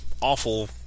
awful